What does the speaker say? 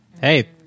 Hey